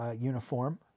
uniform